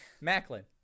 Macklin